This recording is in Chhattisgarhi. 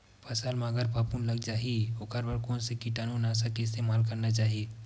फसल म अगर फफूंद लग जा ही ओखर बर कोन से कीटानु नाशक के इस्तेमाल करना चाहि?